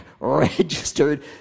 registered